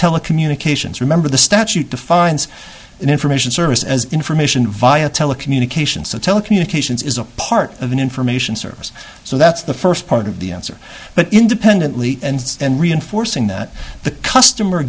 telecommunications remember the statute defines an information service as information via telecommunications so telecommunications is a part of an information service so that's the first part of the answer but independently and reinforcing that the customer